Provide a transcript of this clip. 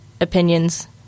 opinions